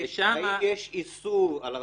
האם יש איסור על הרחבה?